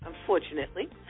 Unfortunately